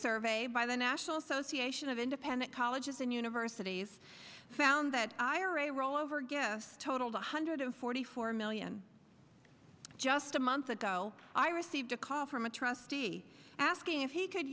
survey by the national association of independent colleges and universities found that ira rollover guess totaled one hundred forty four million just a month ago i received a call from a trustee asking if he could